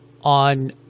on